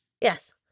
Yes